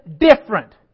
different